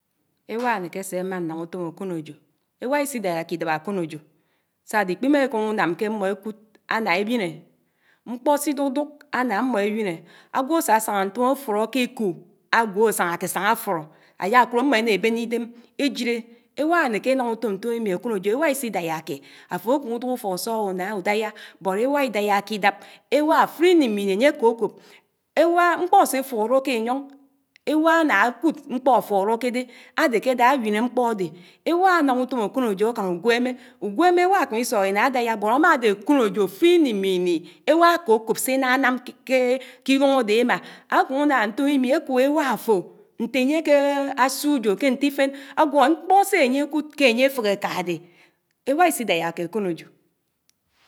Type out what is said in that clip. . Éwà ànéké sémà nàmutōm àkònòjò, éwà ísídàyạ̀ k´ídàb àkònòjò sàdé íkpímākóm u`nàm ké mmó ékud, ànaà éwìné, mkpó sídúdúk ànà àmmó ewìné. ágwo ásásañá ntòm áfuró ké ékò àgwo àsàñàké sàñà àfuró àyàkhd àmmó éná béné ídém ējíré, éwà ànéké ànam utòm ntòmĩmì éwa ísí dáyá ke. Àfò kùmù ùdùk ùfók ùsùkúnà ùdàyà bót mkpó àsé furó kéyón̄, éwà ãnãkud mkpó furókédé àdékédà áwiné mkpó dé, éwā ānām ùtòm ákònõjò ákán ùgùémé, ùgùémé éwà ākémì ìsuk ìnà ádàyà bót àmàdé àkònòjò áfurí íní mmí éwà àkòkòb sénànàm kééé kìruñ àdé àmà, àkumí ínà ñtòmúní àkób éwà àfò ñté ànyé kééé àsíò wò ƙñtífén, àgwó mkpó sé àyékud ké ànyé fẽhẽ àkàde. Ewa ísídàyàké àkònòjò.